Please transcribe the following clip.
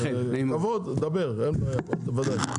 אז כבוד דבר אין בעיה וודאי.